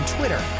Twitter